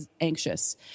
anxious